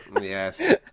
Yes